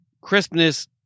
crispness